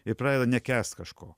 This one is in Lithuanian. ir pradeda nekęst kažko